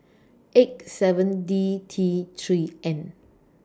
eight seven D T three N